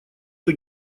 что